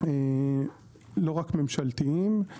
לא רק ממשלתיים.